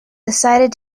decided